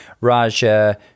Raja